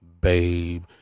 babe